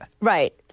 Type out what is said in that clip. Right